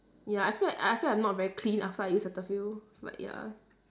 ya I feel like I feel like I not very clean after I use cetaphil but ya